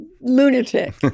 lunatic